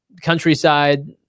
countryside